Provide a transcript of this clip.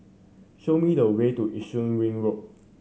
show me the way to Yishun Ring Road